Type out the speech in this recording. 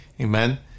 Amen